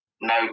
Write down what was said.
no